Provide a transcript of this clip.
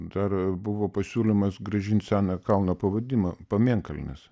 dar buvo pasiūlymas grąžint seną kalno pavadinimą pamėnkalnis